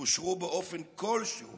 וקושרו באופן כלשהו